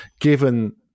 given